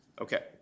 Okay